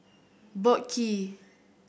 Boat Quay